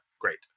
great